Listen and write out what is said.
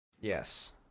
Yes